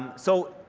so